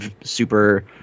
super –